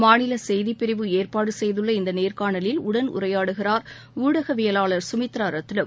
மாநில செய்திப்பிரிவு ஏற்பாடு செய்துள்ள இந்த நேர்காணலில் உடன் உரையாடுகிறார் ஊடகவியலாளர் சுமித்ரா ரத்னம்